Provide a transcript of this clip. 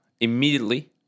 immediately